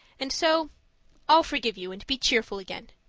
and so i'll forgive you and be cheerful again.